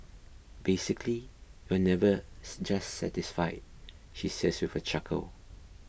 basically you're never satisfied she says with a chuckle